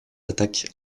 attaques